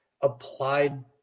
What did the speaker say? applied